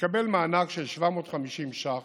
יקבל מענק של 750 ש"ח